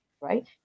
right